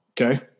Okay